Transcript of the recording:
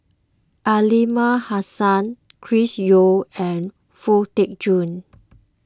Aliman Hassan Chris Yeo and Foo Tee Jun